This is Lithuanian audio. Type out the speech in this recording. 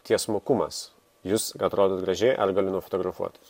tiesmukumas jūs atrodot gražiai ar galiu nufotografuot